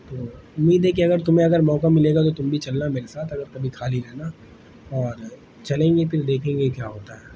تو امید ہے کہ اگر تمہیں اگر موقع ملے گا تو تم بھی چلنا میرے ساتھ اگر کبھی خالی رہنا اور چلیں گے پھر دیکھیں گے کیا ہوتا ہے